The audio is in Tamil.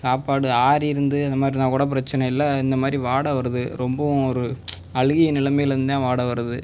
சாப்பாடு ஆறியிருந்து இந்த மாதிரி இருந்தால் கூட பிரச்சினை இல்லை இந்த மாதிரி வாடை வருது ரொம்பவும் ஒரு அழுகிய நிலைமையில் இருந்துதான் வாடை வருது